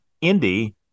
Indy